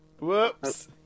Whoops